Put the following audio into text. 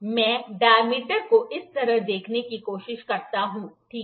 मैं डायमीटर को इस तरह देखने की कोशिश करता हूं ठीक है